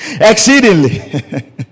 exceedingly